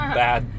bad